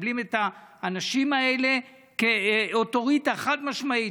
שמקבלות את האנשים האלה כאוטוריטה חד-משמעית.